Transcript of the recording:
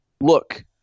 look